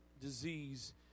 disease